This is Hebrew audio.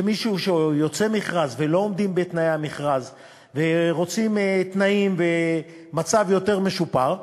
וכשיוצא מכרז ולא עומדים בתנאי המכרז ורוצים תנאים ומצב יותר משופר,